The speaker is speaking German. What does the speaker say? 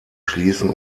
schließen